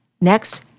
Next